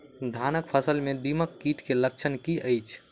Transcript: धानक फसल मे दीमक कीट केँ लक्षण की अछि?